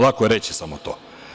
Lako je reći samo to.